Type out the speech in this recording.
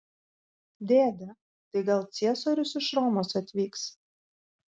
dėde tai gal ciesorius iš romos atvyks